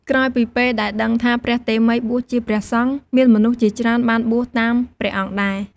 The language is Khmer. ក្រោយពីពេលដែលដឹងថាព្រះតេមិយបួសជាព្រះសង្ឃ មានមនុស្សជាច្រើនបានបួសតាមព្រះអង្គដែរ។